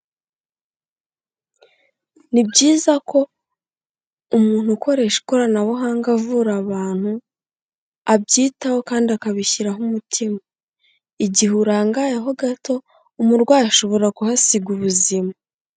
Ni byiza ko umuntu ukoresha ikoranabuhanga avura abantu, abyitaho kandi akabishyiraho umutima, igihe urangayeho gato, umurwayi ashobora kuhasiga ubuzima.